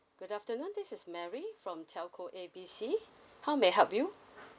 good afternoon this is mary from telco A B C how may I help you